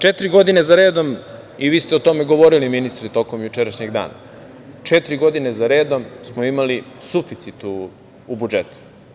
Četiri godine zaredom, i vi ste o tome govorili, ministre, tokom jučerašnjeg dana, četiri godine zaredom smo imali suficit u budžetu.